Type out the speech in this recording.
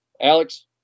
Alex